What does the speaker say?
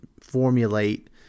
formulate